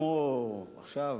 עכשיו,